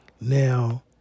Now